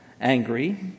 angry